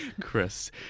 Chris